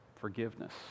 Forgiveness